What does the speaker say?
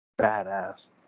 badass